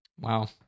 Wow